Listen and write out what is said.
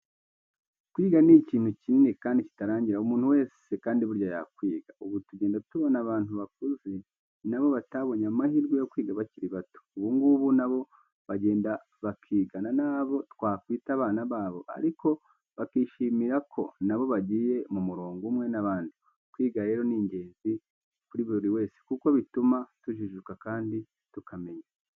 Kwiga ni ikintu kinini kandi kitarangira, umuntu wese kandi burya yakwiga. Ubu tugenda tubona abantu bakuze na bo batabonye amahirwe yo kwiga bakiri bato, ubu ngubu na bo bagenda bakigana n'abo twakwita abana babo ariko bakishimira ko na bo bagiye mu murongo umwe n'abandi, kwiga rero ni ingenzi kuri buri wese kuko bituma tujijuka kandi tukamenya.